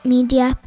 Media